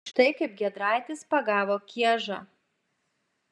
štai taip giedraitis pagavo kiežą